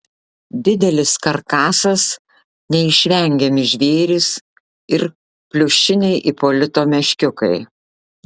didelis karkasas neišvengiami žvėrys ir pliušiniai ipolito meškiukai